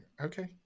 Okay